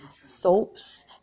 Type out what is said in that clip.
soaps